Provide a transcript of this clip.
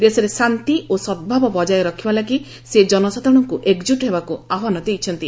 ଦେଶରେ ଶାନ୍ତି ଓ ସଦ୍ଭାବ ବଜାୟ ରଖିବା ଲାଗି ସେ ଜନସାଧାରଣଙ୍କୁ ଏକଜୁଟ ହେବାକୁ ଆହ୍ୱାନ ଦେଇଛନ୍ତି